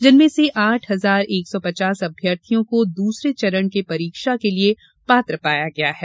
जिनमें से आठ हजार एक सौ पचास अभ्यर्थियों को दूसरे के चरण परीक्षा के लिये पात्र पाया गया है